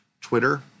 Twitter